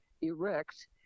erect